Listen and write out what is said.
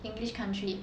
english country